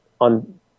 on